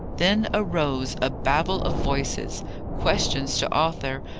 then arose a babel of voices questions to arthur,